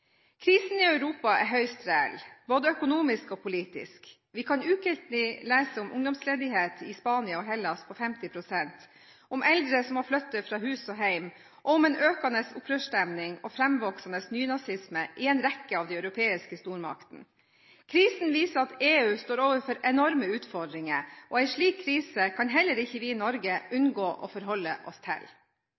Krisen i Europa er høyst reell både økonomisk og politisk. Vi kan ukentlig lese om ungdomsledighet i Spania og Hellas på 50 pst., om eldre som må flytte fra hus og hjem, om en økende opprørsstemning og framvoksende nynazisme i en rekke av de europeiske stormaktene. Krisen viser at EU står overfor enorme utfordringer, og en slik krise kan heller ikke vi i Norge unngå å forholde oss til.